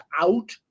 out